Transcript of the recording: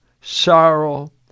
sorrow